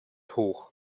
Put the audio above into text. hoch